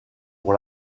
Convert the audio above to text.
pour